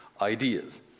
ideas